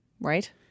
Right